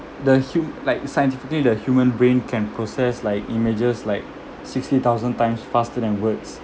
the hum~ like scientifically the human brain can process like images like sixty thousand times faster than words